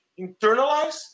internalize